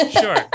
Sure